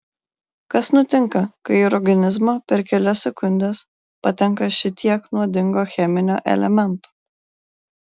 kas nutinka kai į organizmą per kelias sekundes patenka šitiek nuodingo cheminio elemento